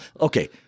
okay